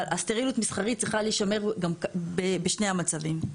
אבל הסטריליות המסחרית צריכה להישמר בשני המצבים.